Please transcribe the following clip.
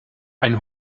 ein